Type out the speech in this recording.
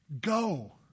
Go